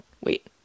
Wait